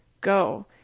Go